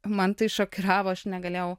man tai šokiravo aš negalėjau